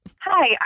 Hi